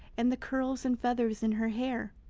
and the curls and feathers in her hair.